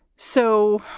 so